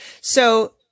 So-